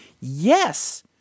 yes